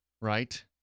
right